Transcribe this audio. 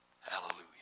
Hallelujah